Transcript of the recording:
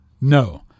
No